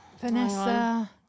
Vanessa